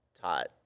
taught